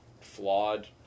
flawed